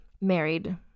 married